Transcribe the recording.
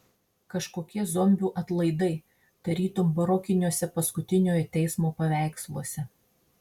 kažkokie zombių atlaidai tarytum barokiniuose paskutiniojo teismo paveiksluose